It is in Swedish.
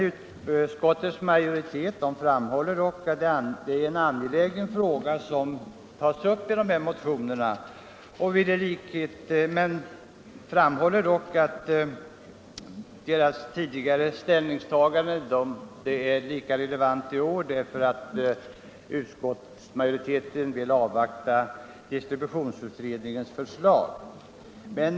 Utskottsmajoriteten framhåller dock att det är en angelägen fråga som tas upp i dessa motioner, men anser att dess ställningstagande är lika relevant i år som tidigare, eftersom utskottsmajoriteten vill avvakta distributionsutredningens förslag.